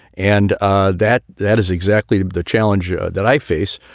and ah that that is exactly the challenge ah that i face,